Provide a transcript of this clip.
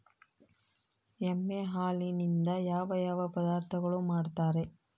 ಎಮ್ಮೆ ಹಾಲಿನಿಂದ ಯಾವ ಯಾವ ಪದಾರ್ಥಗಳು ಮಾಡ್ತಾರೆ?